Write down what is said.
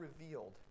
revealed